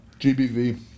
GBV